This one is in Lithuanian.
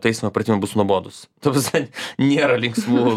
taisymo pratimai bus nuobodūs ta prasme nėra linksmų